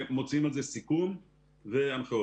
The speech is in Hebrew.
מוציאים על זה סיכום והנחיות.